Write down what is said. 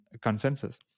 consensus